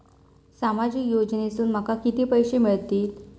सामाजिक योजनेसून माका किती पैशे मिळतीत?